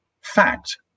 fact